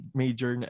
major